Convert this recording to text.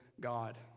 God